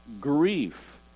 grief